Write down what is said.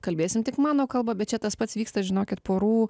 kalbėsim tik mano kalba bet čia tas pats vyksta žinokit porų